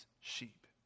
sheep